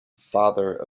father